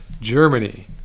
Germany